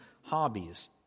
hobbies